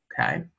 Okay